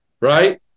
Right